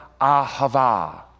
Ahava